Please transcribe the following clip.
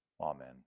Amen